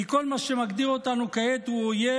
כי כל מה שמגדיר אותנו כעת הוא אויב